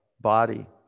body